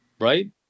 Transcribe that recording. right